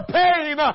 pain